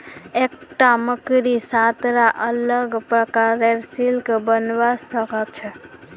एकता मकड़ी सात रा अलग प्रकारेर सिल्क बनव्वा स ख छ